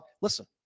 Listen